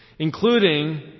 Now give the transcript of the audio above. including